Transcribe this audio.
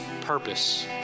purpose